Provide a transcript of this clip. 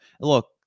Look